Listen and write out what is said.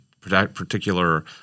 particular